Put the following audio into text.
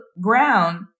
ground